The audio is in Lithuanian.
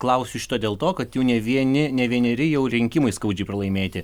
klausiu šito dėl to kad jau ne vieni ne vieneri jau rinkimai skaudžiai pralaimėti